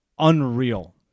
Unreal